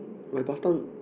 my pasta